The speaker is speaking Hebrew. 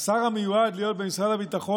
השר המיועד להיות במשרד הביטחון,